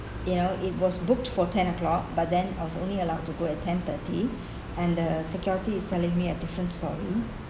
you know it was booked for ten o'clock but then I was only allowed to go at ten thirty and the security is telling me a different story